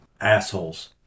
assholes